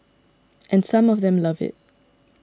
and some of them love it